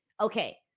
Okay